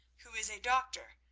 who is a doctor,